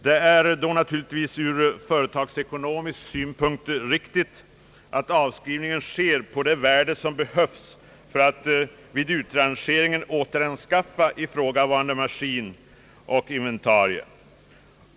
Det är då ur företagsekonomisk synpunkt naturligtvis riktigt att avskrivningen sker på den summa, som behövs för att vid utrangeringen återanskaffa ifrågavarande maskin eller inventarie.